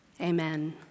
Amen